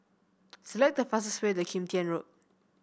select the fastest way to Kim Tian Road